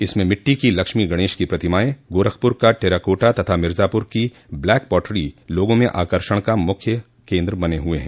इसमें मिट्टी की लक्ष्मी गणेश की प्रतिमाएं गोरखपुर का टेराकोटा तथा मिर्जापुर की ब्लैक पाटरी लोगों में आकर्षण का प्रमुख केन्द्र बने हुए हैं